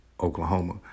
Oklahoma